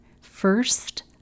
First